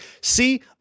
see